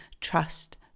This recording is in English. trust